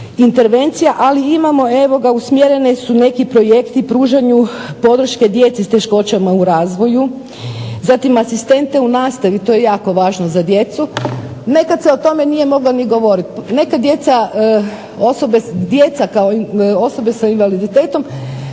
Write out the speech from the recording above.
Ali imamo, evo usmjereni su neki projekti pružanju podrške djeci s teškoćama u razvoju, zatim asistente u nastavi, to je jako važno za djecu. Nekad se o tome nije moglo ni govoriti. Neka djeca kao osobe s invaliditetom